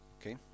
Okay